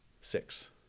Six